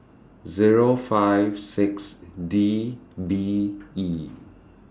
Zero five six D B E